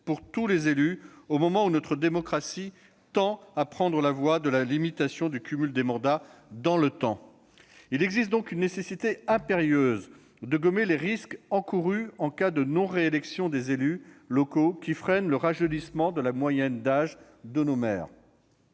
pour tous les élus, au moment où notre démocratie tend à prendre la voie de la limitation du cumul des mandats dans le temps. Il existe donc une nécessité impérieuse de gommer les risques encourus en cas de non-réélection des élus locaux qui freinent le rajeunissement de la moyenne d'âge de nos maires.